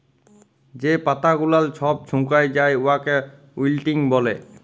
যে পাতা গুলাল ছব ছুকাঁয় যায় উয়াকে উইল্টিং ব্যলে